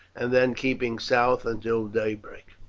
and then keeping south until daybreak.